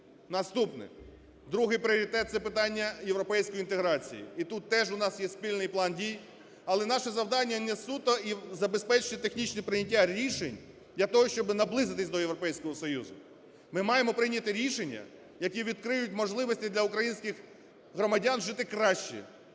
Наступне. Другий пріоритет – це питання європейської інтеграції, і тут теж у нас є спільний план дій. Але наше завдання не суто забезпечити технічне прийняття рішень для того, щоб наблизитись до Європейського Союзу, ми маємо прийняти рішення, які відкриють можливості для українських громадян жити краще,